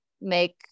make